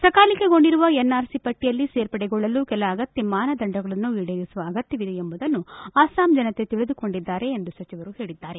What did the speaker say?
ಸಕಾಲಿಕಗೊಂಡಿರುವ NRC ಪಟ್ಲಿಯಲ್ಲಿ ಸೇರ್ಪಡೆಗೊಳ್ಳಲು ಕೆಲ ಅಗತ್ತ ಮಾನದಂಡಗಳನ್ನು ಈಡೇರಿಸುವ ಅಗತ್ತವಿದೆ ಎಂಬುದನ್ನು ಅಸ್ಸಾಂ ಜನತೆ ತಿಳಿದುಕೊಂಡಿದ್ದಾರೆ ಎಂದು ಸಚಿವರು ಹೇಳಿದ್ದಾರೆ